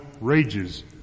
rages